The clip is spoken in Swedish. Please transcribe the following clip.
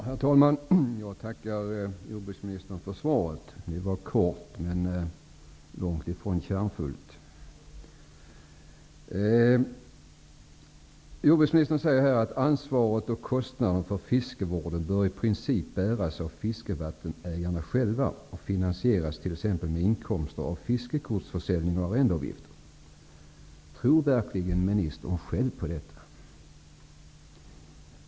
Herr talman! Jag tackar jordbruksministern för svaret. Det var kort, men långt ifrån kärnfullt. Jordbruksministern sade att ansvaret och kostnaderna för fiskevården i princip bör bäras av fiskevattenägarna själva och finansieras t.ex. med inkomster av fiskekortsförsäljning och arrendeavgifter. Tror verkligen ministern själv på detta?